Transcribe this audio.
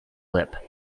lip